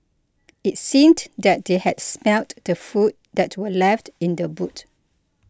it seemed that they had smelt the food that were left in the boot